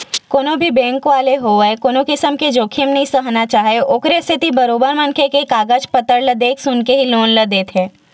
कोनो भी बेंक वाले होवय कोनो किसम के जोखिम नइ सहना चाहय ओखरे सेती बरोबर मनखे के कागज पतर ल देख सुनके ही लोन ल देथे